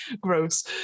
gross